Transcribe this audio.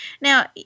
Now